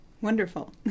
wonderful